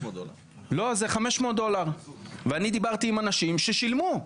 אני דיברתי עם אנשים ששילמו.